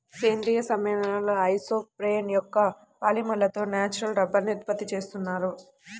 సేంద్రీయ సమ్మేళనాల ఐసోప్రేన్ యొక్క పాలిమర్లతో న్యాచురల్ రబ్బరుని ఉత్పత్తి చేస్తున్నారు